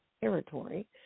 territory